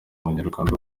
banyarwanda